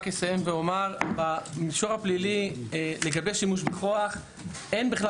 אני רק אסיים ואומר שבמישור הפלילי לגבי שימוש בכוח אין בכלל